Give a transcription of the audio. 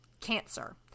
cancer